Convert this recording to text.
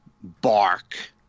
bark